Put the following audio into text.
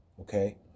Okay